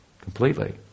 completely